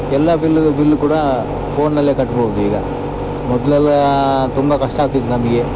ಎಲ್ಲ bill bill ಕೂಡ ಫೋನಲ್ಲೇ ಕಟ್ಬೋದು ಈಗ ಮೊದಲೆಲ್ಲ ತುಂಬ ಕಷ್ಟ ಆಗ್ತಿತ್ತು ನಮಗೆ